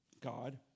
God